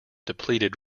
depleted